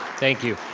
thank you.